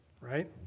right